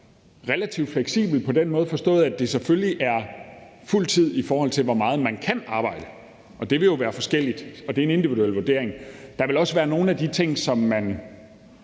relativt fleksibel forstået på den måde, at det selvfølgelig er fuld tid, i forhold til hvor meget man kan arbejde. Det vil jo være forskelligt, og det er en individuel vurdering. Der vil også være nogle ting, som